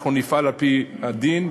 אנחנו נפעל על-פי הדין.